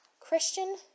Christian